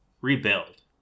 rebuild